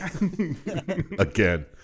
Again